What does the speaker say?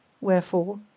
Wherefore